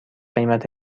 قیمت